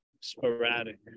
sporadic